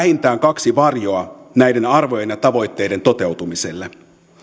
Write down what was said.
vähintään kaksi varjoa näiden arvojen ja tavoitteiden toteutumiselle